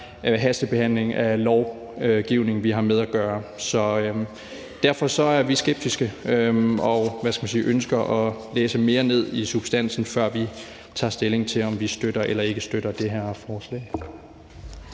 hastebehandling af lovgivning, vi har med at gøre. Så derfor er vi skeptiske og ønsker at læse mere ned i substansen, før vi tager stilling til, om vi støtter eller ikke støtter det her forslag.